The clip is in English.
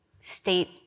state